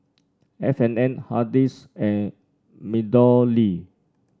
F and N Hardy's and MeadowLea